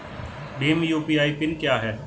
Bhim UPI PIN क्या है?